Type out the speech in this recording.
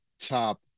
top